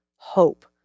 hope